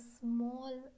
small